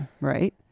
Right